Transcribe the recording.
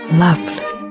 lovely